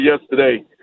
yesterday